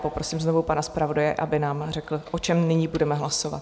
Poprosím znovu pana zpravodaje, aby nám řekl, o čem nyní budeme hlasovat.